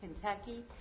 Kentucky